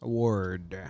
Award